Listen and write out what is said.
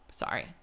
Sorry